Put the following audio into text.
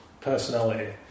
personality